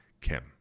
Kim